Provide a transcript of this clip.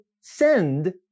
send